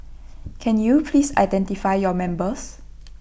can you please identify your members